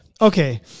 Okay